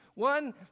One